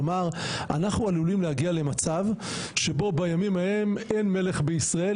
כלומר אנחנו עלולים להגיע למצב שבו בימים ההם אין מלך בישראל,